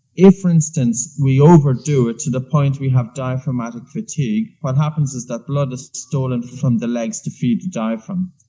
if, for instance, we overdo it to the point we have diaphragmatic fatigue what happens is that blood is stolen from the legs to feed the diaphragm,